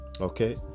Okay